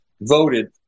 voted